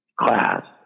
class